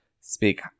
speak –